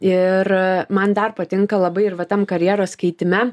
ir man dar patinka labai ir va tam karjeros keitime